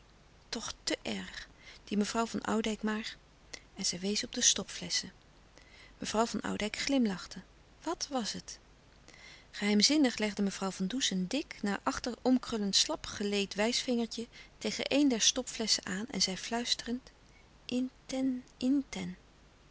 te erg die mevrouw van oudijck maar en zij wees op de stopflesschen mevrouw van oudijck glimlachte wat was het geheimzinnig legde mevrouw van does een dik naar achter omkrullend slap geleed wijsvingertje tegen een der stopflesschen aan en zei fluisterend in en in